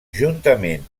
juntament